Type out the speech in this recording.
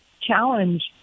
challenge